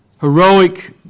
heroic